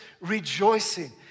rejoicing